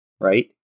right